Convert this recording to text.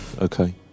Okay